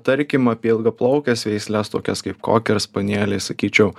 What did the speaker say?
tarkim apie ilgaplaukes veisles tokias kaip kokerspanieliai sakyčiau